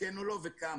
כן או לא וכמה.